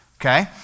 okay